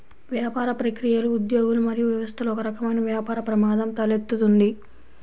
వ్యాపార ప్రక్రియలు, ఉద్యోగులు మరియు వ్యవస్థలలో ఒకరకమైన వ్యాపార ప్రమాదం తలెత్తుతుంది